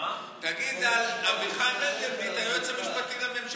תגיד על אביחי מנדלבליט "היועץ המשפטי לממשלה".